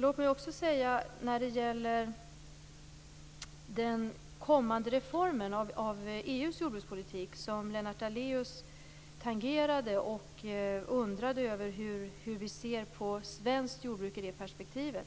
Lennart Daléus tangerade den kommande reformen av EU:s jordbrukspolitik och undrade över hur vi ser på svenskt jordbruk i det perspektivet.